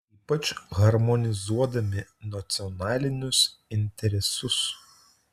ypač harmonizuodami nacionalinius interesus